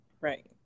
Right